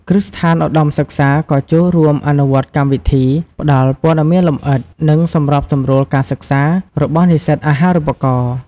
គ្រឹះស្ថានឧត្តមសិក្សាក៏ចូលរួមអនុវត្តកម្មវិធី ផ្ដល់ ព័ត៌មានលម្អិត និង សម្របសម្រួលការសិក្សា របស់និស្សិតអាហារូបករណ៍។